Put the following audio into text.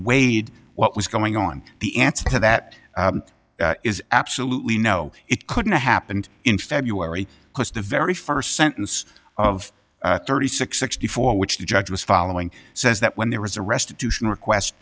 weighed what was going on the answer to that is absolutely no it couldn't have happened in february because the very first sentence of thirty six sixty four which the judge was following says that when there was arrested dushan request